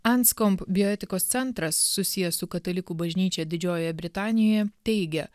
anskomp bioetikos centras susijęs su katalikų bažnyčia didžiojoje britanijoje teigia